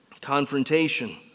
Confrontation